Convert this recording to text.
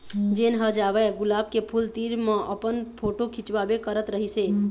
जेन ह जावय गुलाब के फूल तीर म अपन फोटू खिंचवाबे करत रहिस हे